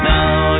Now